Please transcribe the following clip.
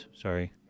Sorry